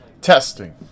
Testing